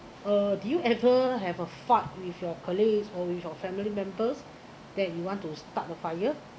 uh do you ever have a fight with your colleagues or with your family members that you want to start the fire